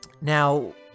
Now